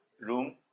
room